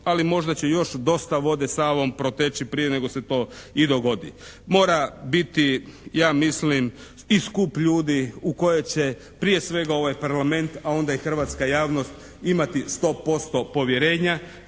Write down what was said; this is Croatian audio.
ali možda će još dosta vode Savom proteći prije nego se to i dogodi. Mora biti ja mislim i skup ljudi u koje će prije svega ovaj Parlament, a onda i hrvatska javnost imati 100% povjerenja.